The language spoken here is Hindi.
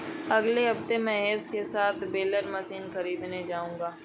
अगले हफ्ते महेश के साथ बेलर मशीन खरीदने जाऊंगा